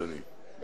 אדוני,